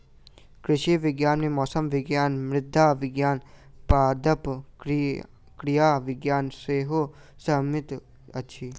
कृषि विज्ञान मे मौसम विज्ञान, मृदा विज्ञान, पादप क्रिया विज्ञान सेहो समाहित अछि